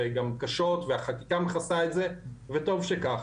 גם קשות והחקיקה מכסה את זה וטוב שכך.